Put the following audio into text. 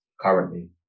currently